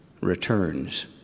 returns